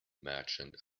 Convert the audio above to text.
merchant